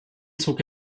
zog